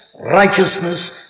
righteousness